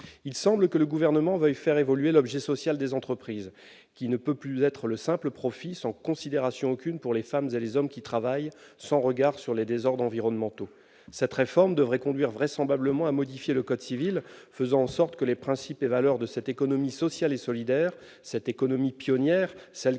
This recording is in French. Il semble que le Gouvernement veuille faire évoluer l'objet social des entreprises, qui ne peut plus être le simple profit, sans considération aucune pour les femmes et les hommes qui travaillent, sans regard sur les désordres environnementaux. Cette réforme devrait vraisemblablement conduire à modifier le code civil, afin que les principes et les valeurs de l'économie sociale et solidaire, cette économie pionnière, qui